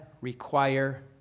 require